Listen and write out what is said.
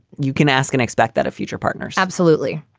you can ask and expect that of future partners. absolutely.